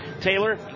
Taylor